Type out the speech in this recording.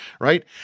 right